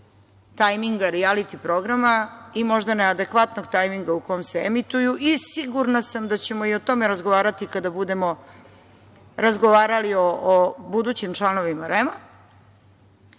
tajminga rijaliti programa i možda neadekvatnog tajminga u kome se emituju i sigurna sam da ćemo i o tome razgovarati kada budemo razgovarali o budućim članovima